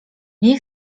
nie